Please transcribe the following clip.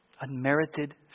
Unmerited